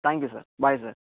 thank you sir bye sir